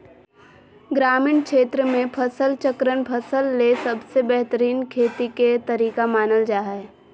ग्रामीण क्षेत्र मे फसल चक्रण फसल ले सबसे बेहतरीन खेती के तरीका मानल जा हय